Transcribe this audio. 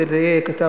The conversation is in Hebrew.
כדי לדייק,